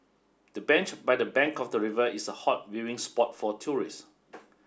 the bench by the bank of the river is a hot viewing spot for tourist